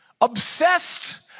Obsessed